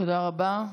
תודה רבה.